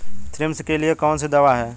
Thrips के लिए कौन सी दवा है?